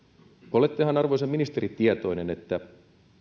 olettehan arvoisa ministeri tietoinen että